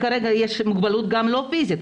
יש מוגבלות שהיא גם לא פיזית.